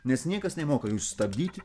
nes niekas nemoka jo sustabdyti